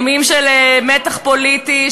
ימים של מתח פוליטי,